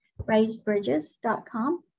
raisedbridges.com